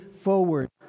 forward